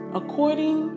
according